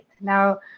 now